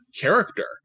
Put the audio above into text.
character